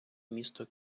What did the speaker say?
місто